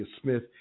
Smith